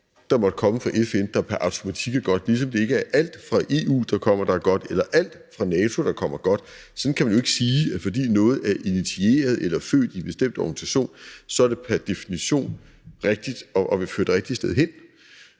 der måtte komme fra FN, der pr. automatik er godt, ligesom det ikke er alt, som kommer fra EU, der er godt, eller alt, som kommer fra NATO, der er godt. Sådan kan man jo ikke sige, altså at fordi noget er initieret af eller født i en bestemt organisation, så er det pr. definition rigtigt og vil føre det rigtige sted hen.